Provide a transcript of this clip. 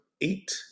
eight